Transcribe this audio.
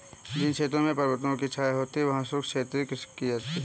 जिन क्षेत्रों में पर्वतों की छाया होती है वहां शुष्क क्षेत्रीय कृषि की जाती है